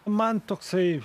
man toksai